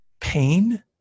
pain